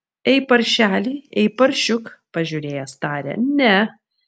ei paršeli ei paršiuk pažiūrėjęs tarė ne